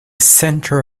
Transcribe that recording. center